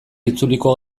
itzuliko